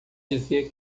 dizer